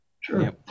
Sure